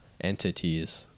entities